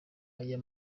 aya